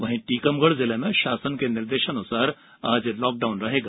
वहीं टीकमगढ़ जिले में शासन के निर्देशानुसार आज लॉकडाउन रहेगा